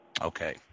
Okay